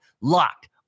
Locked